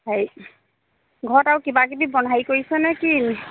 হেৰি ঘৰত আৰু কিবা কিবি বন হেৰি কৰিছেনে কি